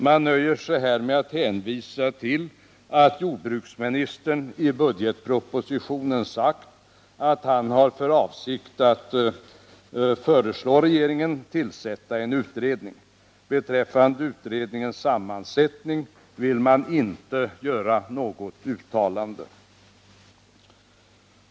Man nöjer sig här med att hänvisa till att jordbruksministern i budgetpropositionen har sagt att han har för avsikt att föreslå regeringen att tillsätta en utredning. Beträffande dennas sammansättning vill man inte göra något uttalande.